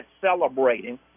celebrating